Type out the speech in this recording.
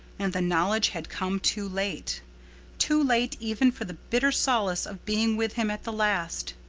and the knowledge had come too late too late even for the bitter solace of being with him at the last.